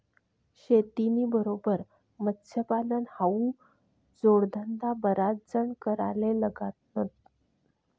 शेतीना बरोबर मत्स्यपालन हावू जोडधंदा बराच जण कराले लागनात